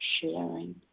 sharing